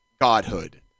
Godhood